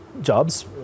jobs